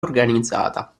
organizzata